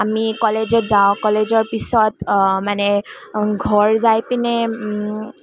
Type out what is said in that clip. আমি কলেজত যাওঁ কলেজৰ পিছত মানে ঘৰ যাই পিনে